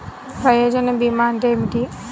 ప్రయోజన భీమా అంటే ఏమిటి?